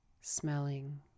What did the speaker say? smelling